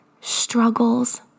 struggles